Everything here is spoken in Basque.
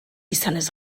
izanez